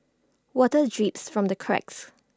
water drips from the cracks